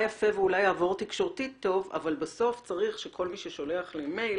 יפה ויעבור טוב תקשורתית אבל צריך שכל מי ששולח מייל